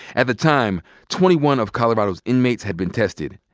at the time, twenty one of colorado's inmates had been tested.